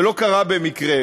זה לא קרה במקרה.